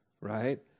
right